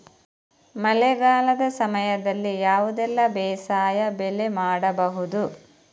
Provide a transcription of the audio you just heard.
ಮಳೆಗಾಲದ ಸಮಯದಲ್ಲಿ ಯಾವುದೆಲ್ಲ ಬೇಸಾಯ ಬೆಳೆ ಮಾಡಬಹುದು?